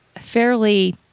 fairly